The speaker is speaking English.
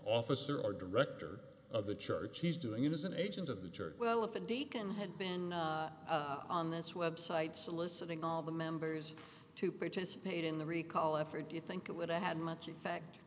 officer or director of the church he's doing it as an agent of the church well if a deacon had been on this website soliciting all the members to participate in the recall effort do you think it would have had much effect